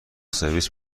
سرویس